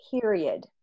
Period